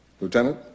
Lieutenant